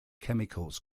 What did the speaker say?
chemicals